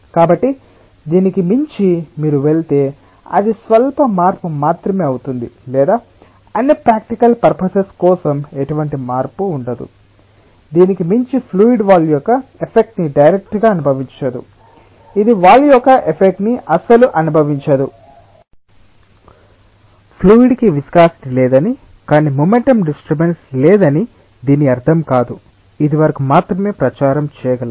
కాబట్టి దీనికి మించి మీరు వెళితే అది స్వల్ప మార్పు మాత్రమే అవుతుంది లేదా అన్ని ప్రాక్టికల్ పర్పసెస్ కోసం ఎటువంటి మార్పు ఉండదు దీనికి మించి ఫ్లూయిడ్ వాల్ యొక్క ఎఫెక్ట్ ని డైరెక్ట్ గా అనుభవించదు ఇది వాల్ యొక్క ఎఫెక్ట్ ని అస్సలు అనుభవించదు ఫ్లూయిడ్ కి విస్కాసిటి లేదని కానీ మొమెంటం డిస్టర్బన్స్ లేదని దీని అర్థం కాదు ఇది వరకు మాత్రమే ప్రచారం చేయగలదు